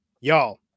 Y'all